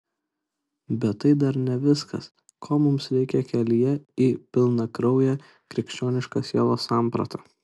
bet tai dar ne viskas ko mums reikia kelyje į pilnakrauję krikščionišką sielos sampratą